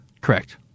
Correct